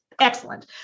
excellent